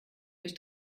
durch